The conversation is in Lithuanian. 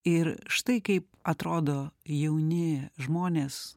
ir štai kaip atrodo jauni žmonės